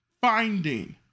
finding